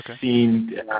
seen